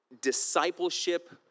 discipleship